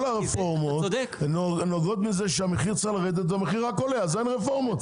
הרפורמות נובעות מזה שהמחיר צריך לרדת והמחיר רק עולה אז אין רפורמות,